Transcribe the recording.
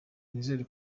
nizeye